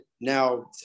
now